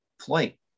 play